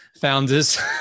founders